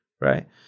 right